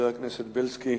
בילסקי,